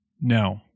no